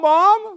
Mom